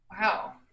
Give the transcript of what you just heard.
Wow